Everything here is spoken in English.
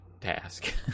task